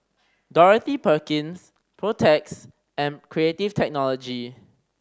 Dorothy Perkins Protex and Creative Technology